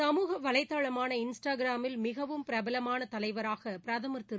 சமூக வலைதளமான இன்ஸ்டாகிராமில் மிகவும் பிரபலமான தலைவராக பிரதம் திரு